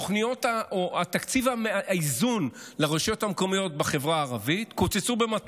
התוכניות או תקציבי האיזון לרשויות המקומיות בחברה הערבית קוצצו ב-200